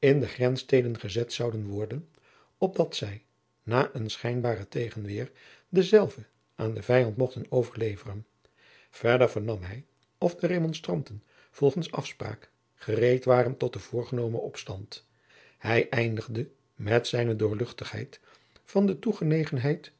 de grenssteden gezet zouden worden opdat zij na een schijnbaren tegenweer dezelve aan den vijand mochten overleveren verder vernam hij of de remonstranten volgens afspraak gereed waren tot den voorgenomen opstand hij eindigde met z doorl van de